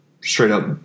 straight-up